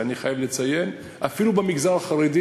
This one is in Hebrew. ואני חייב לציין: אפילו במגזר החרדי